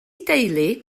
deulu